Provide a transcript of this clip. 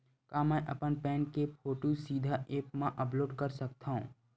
का मैं अपन पैन के फोटू सीधा ऐप मा अपलोड कर सकथव?